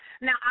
Now